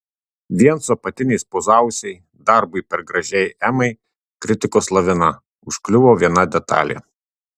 vien su apatiniais pozavusiai darbui per gražiai emai kritikos lavina užkliuvo viena detalė